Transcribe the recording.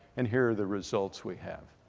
and here are the results we have.